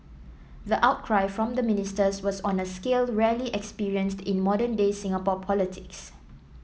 the outcry from the ministers was on a scale rarely experienced in modern day Singapore politics